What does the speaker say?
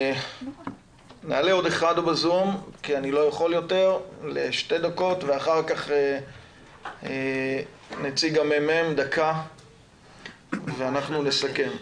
נעלה עוד אחד בזום לשתי דקות ואחר כך נציג הממ"מ ואנחנו נסכם.